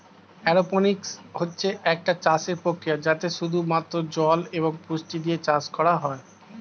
aeroponics হচ্ছে একটা চাষের প্রক্রিয়া যাতে শুধু মাত্র জল এবং পুষ্টি দিয়ে চাষ করা হয়